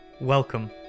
Welcome